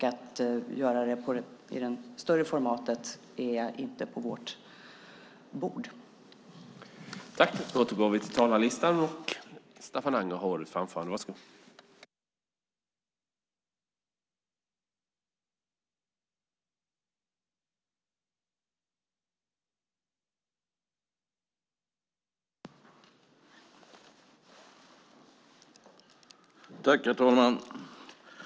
Att göra det i det större formatet är inte på vårt bord.